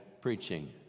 preaching